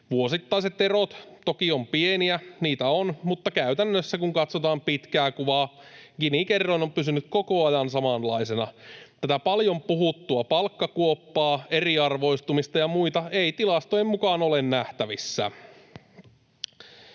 Vuosittaiset erot toki ovat pieniä. Niitä on, mutta käytännössä, kun katsotaan pitkää kuvaa, Gini-kerroin on pysynyt koko ajan samanlaisena. Tätä paljon puhuttua palkkakuoppaa, eriarvoistumista ja muita ei tilastojen mukaan ole nähtävissä.